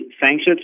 sanctions